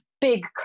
big